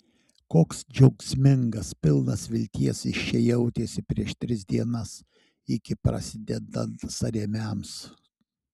koks džiaugsmingas pilnas vilties jis čia jautėsi prieš tris dienas iki prasidedant sąrėmiams